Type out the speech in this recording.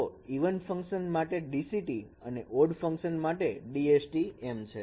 તો even function માટે DCT અને ઓડ ફંકશન માટે DST છે